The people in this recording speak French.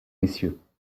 messieurs